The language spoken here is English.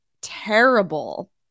terrible